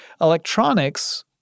Electronics